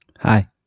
Hi